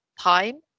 time